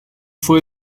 fue